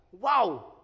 Wow